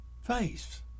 face